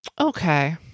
okay